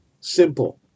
simple